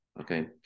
okay